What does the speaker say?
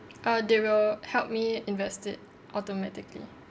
uh they will help me invest it automatically